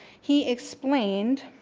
he explained